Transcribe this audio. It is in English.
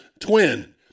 twin